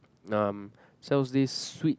um sells this sweet